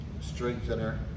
strengthener